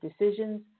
decisions